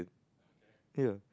ya